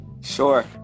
Sure